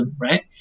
right